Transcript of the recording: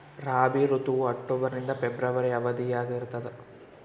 ರಾಬಿ ಋತುವು ಅಕ್ಟೋಬರ್ ನಿಂದ ಫೆಬ್ರವರಿ ಅವಧಿಯಾಗ ಇರ್ತದ